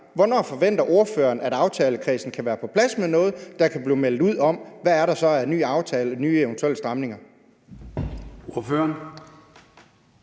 Hvornår forventer ordføreren at aftalekredsen kan være på plads med noget, der kan blive meldt ud om? Og hvad er der så af aftaler om nye eventuelle stramninger?